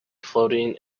floating